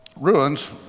ruins